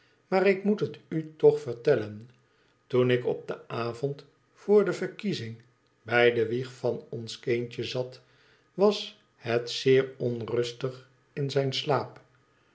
maar ik moet het u toch vertellen toen ik op den avond vr de verkiezing bij de wieg van ons kindje zat was het zeer onrustig in haar slaap